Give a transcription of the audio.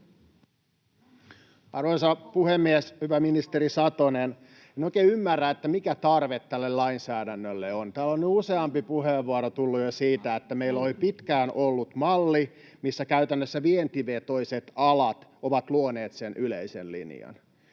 Arvoisa puhemies! Hyvä ministeri Satonen, en oikein ymmärrä, mikä tarve tälle lainsäädännölle on. Täällä on useampi puheenvuoro tullut jo siitä, että meillä on pitkään ollut malli, missä käytännössä vientivetoiset alat ovat luoneet sen yleisen linjan.